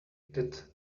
that